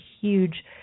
huge